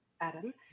Adam